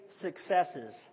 successes